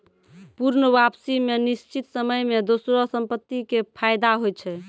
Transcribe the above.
पूर्ण वापसी मे निश्चित समय मे दोसरो संपत्ति के फायदा होय छै